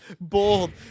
bold